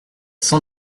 cent